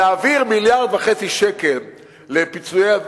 להעביר מיליארד וחצי שקלים לפיצויים,